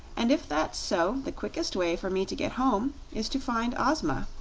and if that's so, the quickest way for me to get home is to find ozma.